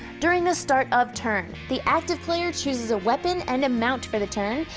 during the start of turn, the active player chooses a weapon and a mount for the turn,